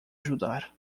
ajudar